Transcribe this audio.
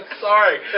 Sorry